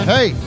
Hey